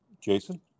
Jason